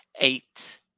eight